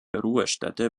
ruhestätte